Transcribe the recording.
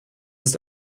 ist